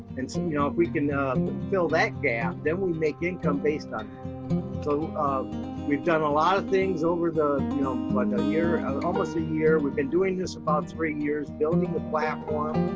and so and you know if we can um fill that gap, then we make income based on so we've done a lot of things over and a year, almost a year. we've been doing this about three years, building a platform,